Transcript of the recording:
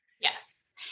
Yes